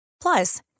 Plus